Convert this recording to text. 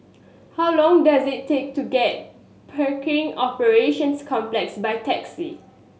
how long does it take to get Pickering Operations Complex by taxi